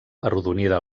arrodonida